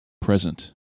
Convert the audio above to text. present